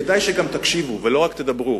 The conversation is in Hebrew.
כדאי שגם תקשיבו ולא רק תדברו.